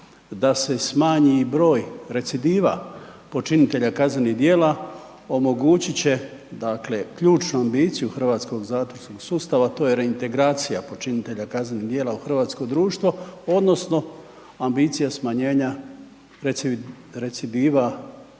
da se smanji broj i recidiva počinitelja kaznenih djela omogućit će dakle ključnu ambiciju hrvatskog zatvorskog sustava, a to je reintegracija počinitelja kaznenih djela u hrvatsko društvo odnosno ambicija smanjenja recidiva